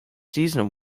season